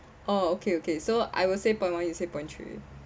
oh okay okay so I will say point one you say point three